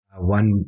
One